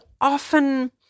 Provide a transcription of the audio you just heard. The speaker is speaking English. often